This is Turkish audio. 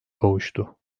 kavuştu